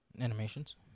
Animations